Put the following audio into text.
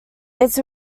its